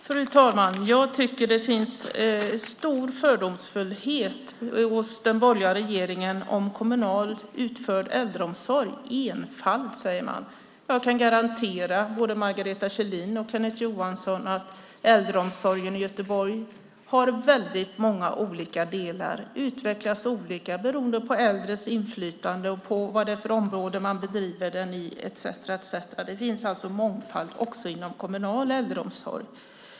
Fru talman! Jag tycker att det finns en stor fördomsfullhet hos den borgerliga regeringen om kommunalt utförd äldreomsorg. "Enfald", säger man. Jag kan garantera både Margareta B Kjellin och Kenneth Johansson att äldreomsorgen i Göteborg har väldigt många olika delar som utvecklas olika beroende på äldres inflytande och på vad det är för område man bedriver den i etcetera. Det finns alltså mångfald också inom kommunal äldreomsorg.